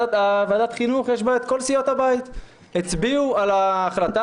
בוועדת חינוך יש את כל סיעות הבית שהצביעו על ההחלטה